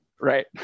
Right